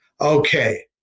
Okay